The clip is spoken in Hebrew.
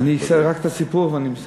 רק את הסיפור, ואני מסיים.